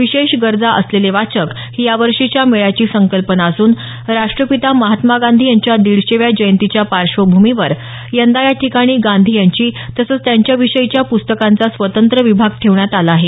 विशेष गरजा असलेले वाचक ही यावर्षीच्या मेळ्याची संकल्पना असून राष्ट्रपिता महात्मा गांधी यांच्या दिडशेव्या जयंतीच्या पार्श्वभूमीवर यंदा या ठिकाणी गांधी यांची तसंच त्यांच्या विषयीच्या प्स्तकांचा स्वतंत्र विभाग ठेवण्यात आला आहे